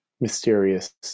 mysterious